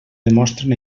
demostren